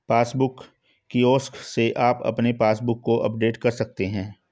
passbook kiosk से आप अपने पासबुक को अपडेट कर सकते हैं